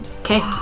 okay